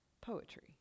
poetry